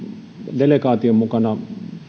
delegaation mukana